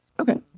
Okay